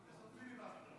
יש לך פיליבסטר.